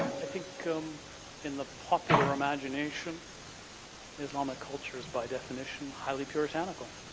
i think in the popular imagination islamic culture is by definition highly puritanical.